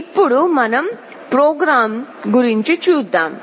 ఇప్పుడు మనం ప్రోగ్రాం గురించి చూద్దాం